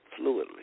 fluidly